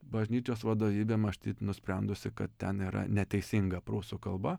bažnyčios vadovybė maštyt nusprendusi kad ten yra neteisinga prūsų kalba